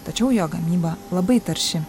tačiau jo gamyba labai tarši